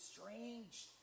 strange